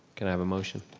can i have a motion?